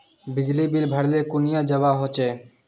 बिजली बिल भरले कुनियाँ जवा होचे?